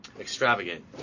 extravagant